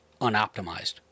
unoptimized